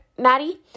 Maddie